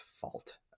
fault